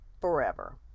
forever